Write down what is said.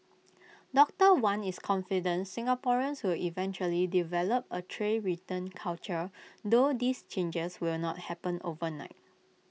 doctor wan is confident Singaporeans will eventually develop A tray return culture though these changes will not happen overnight